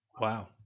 Wow